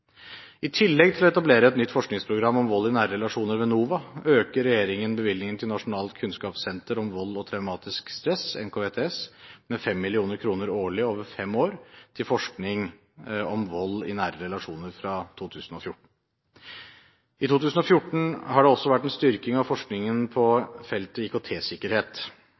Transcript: I tillegg til å etablere et nytt forskningsprogram om vold i nære relasjoner ved NOVA øker regjeringen bevilgningen til Nasjonalt kunnskapssenter om vold og traumatisk stress, NKVTS, med 5 mill. kr årlig over fem år fra 2014, til forskning om vold i nære relasjoner. I 2014 har det også vært en styrking av forskningen på feltet